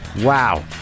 Wow